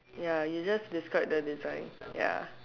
ya you just describe the design ya